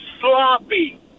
sloppy